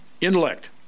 intellect